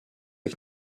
ich